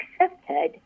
accepted